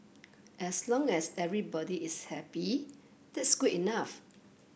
as long as everybody is happy that's good enough